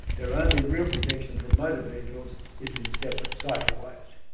their only real protection from motor vehicles is in separate cycleways.